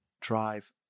drive